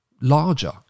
larger